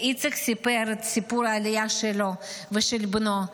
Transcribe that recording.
איציק סיפר את סיפור העלייה שלו ושל בנו,